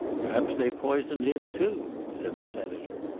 perhaps they've poisoned him too, said the senator.